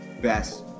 best